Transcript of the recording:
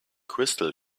crystal